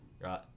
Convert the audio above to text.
Right